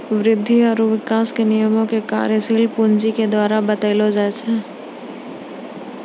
वृद्धि आरु विकास के नियमो के कार्यशील पूंजी के द्वारा बतैलो जाय छै